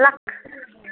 दूत्त